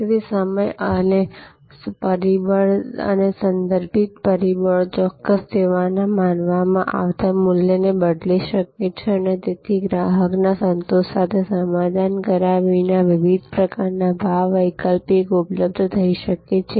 તેથી સમય પરિબળ અને સંદર્ભિત પરિબળો ચોક્કસ સેવાના માનવામાં આવતા મૂલ્યને બદલી શકે છે અને તેથી ગ્રાહકના સંતોષ સાથે સમાધાન કર્યા વિના વિવિધ પ્રકારના ભાવ વિકલ્પો ઉપલબ્ધ થઈ શકે છે